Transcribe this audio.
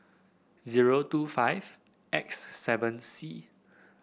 zero two five X seven C